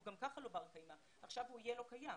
גם כך הוא לא בר קיימא ועכשיו הוא יהיה לא קיים.